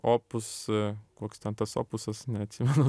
opus koks ten tas opusas neatsimenu